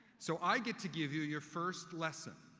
so i get to give you your first lesson.